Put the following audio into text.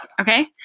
okay